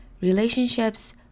relationships